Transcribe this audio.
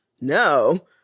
no